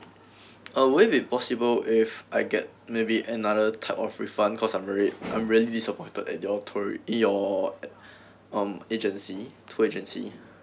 would it be possible if I get maybe another type of refund because I'm very I'm really disappointed at your tour in your on agency tour agency